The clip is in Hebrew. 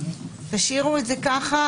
תשאירו את זה ככה.